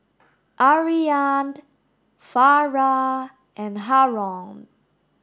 Aryan the Farah and Haron